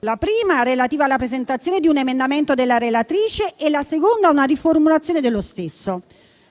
la prima relativa alla presentazione di un emendamento della relatrice e la seconda alla riformulazione dello stesso.